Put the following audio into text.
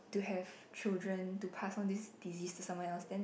to have children to pass on this disease to someone else then